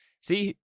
See